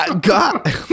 God